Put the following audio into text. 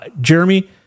Jeremy